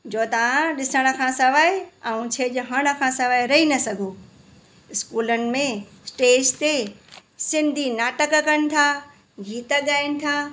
जो तव्हां ॾिसण खां सवाइ ऐं छेॼ हण खां सवाइ रही न सघूं स्कूलनि में स्टेज ते सिंधी नाटक कनि था गीत ॻाइनि था